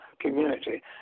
community